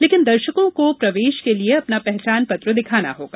लेकिन दर्शकों को प्रवेश के लिए अपना पहचान पत्र दिखाना होगा